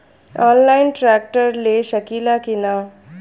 Online tractor ले सकीला कि न?